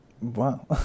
Wow